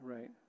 Right